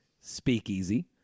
Speakeasy